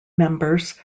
members